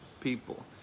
people